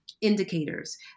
indicators